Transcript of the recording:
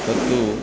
तत् तु